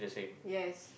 yes